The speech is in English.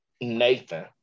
nathan